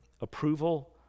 approval